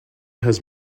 has